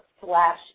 slash